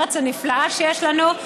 מהארץ הנפלאה שיש לנו.